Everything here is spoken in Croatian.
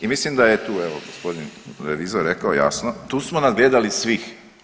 I mislim da je tu, evo gospodin revizor rekao jasno, tu smo nadgledali svih.